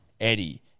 Eddie